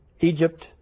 Egypt